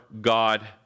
God